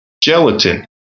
gelatin